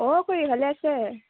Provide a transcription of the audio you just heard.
অঁ খুৰী ভালে আছে